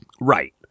Right